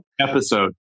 episode